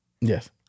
Yes